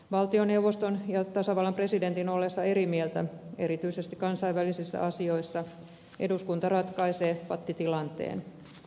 valtioneuvoston ja tasavallan presidentin ollessa eri mieltä erityisesti kansainvälisissä asioissa eduskunta ratkaisee pattitilanteen